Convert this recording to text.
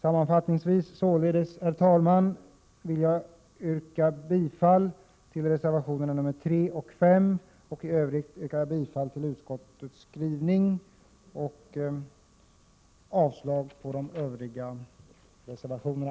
Sammanfattningsvis vill jag yrka bifall till reservationerna 3 och 5 och i övrigt till utskottets hemställan. Jag yrkar avslag på de andra reservationerna.